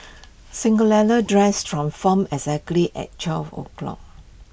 Cinderella's dress transformed exactly at twelve o' clock